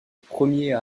premier